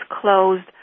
closed